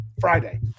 Friday